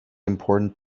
important